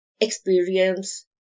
experience